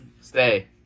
Stay